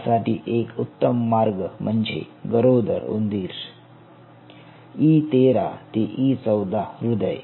त्यासाठी एक उत्तम मार्ग म्हणजे गरोदर उंदीर इ13 ते इ14 हृदय